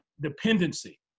dependency